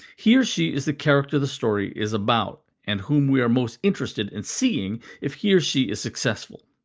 he or she is the character the story is about, and whom we are most interested in seeing if he or she is successful.